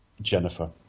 Jennifer